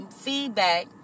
feedback